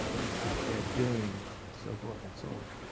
is out there doing, and so forth and so on.